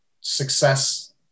success